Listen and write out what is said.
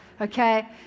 Okay